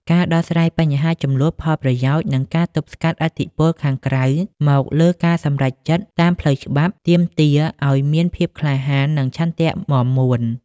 ការដោះស្រាយបញ្ហាជម្លោះផលប្រយោជន៍ និងការទប់ស្កាត់ឥទ្ធិពលខាងក្រៅមកលើការសម្រេចចិត្តតាមផ្លូវច្បាប់ ទាមទារឱ្យមានភាពក្លាហាន និងឆន្ទៈមាំមួន។